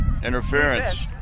Interference